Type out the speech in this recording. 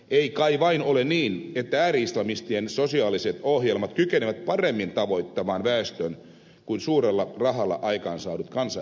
ei kai vain ole niin että ääri islamistien sosiaaliset ohjelmat kykenevät paremmin tavoittamaan väestön kuin suurella rahalla aikaansaadut kansainväliset projektit